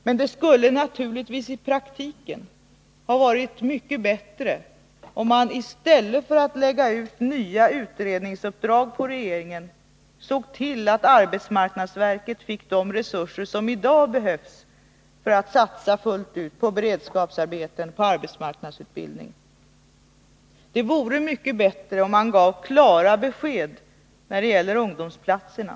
Men det skulle naturligtvis i praktiken ha varit mycket bättre om regeringen, i stället för att lägga ut nya utredningsuppdrag, såg till att arbetsmarknadsverket fick de resurser som i dag behövs för att satsa fullt ut på beredskapsarbeten och arbetsmarknadsutbildning. Det vore bättre om man gav klara besked när det gäller ungdomsplatserna.